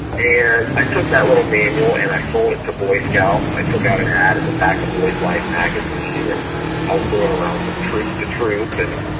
and i took that little manual and i sold it to boys scout. i took out an ad in the back of boys' life magazine and i was going around from troupe to troupe and,